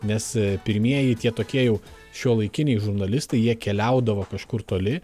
nes pirmieji tie tokie jau šiuolaikiniai žurnalistai jie keliaudavo kažkur toli